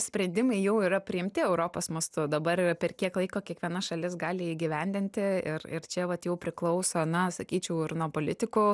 sprendimai jau yra priimti europos mastu o dabar yra per kiek laiko kiekviena šalis gali įgyvendinti ir ir čia vat jau priklauso na sakyčiau ir nuo politikų